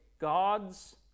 God's